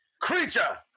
Creature